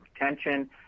retention